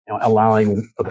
allowing